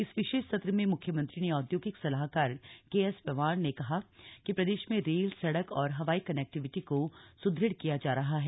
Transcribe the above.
इस विशेष सत्र में मुख्यमंत्री के औद्योगिक सलाहकार केएसपंवार ने कहा कि प्रदेश में रेल सड़क और हवाई कनेक्टीविटी को सुद्रढ़ किया जा रहा है